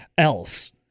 else